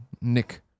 Nick